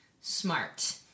smart